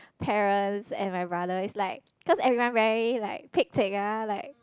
parents and my brother is like cause everyone very like Pek-Chek ah like